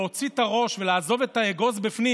להוציא את הראש ולעזוב את האגוז בפנים.